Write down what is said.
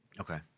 Okay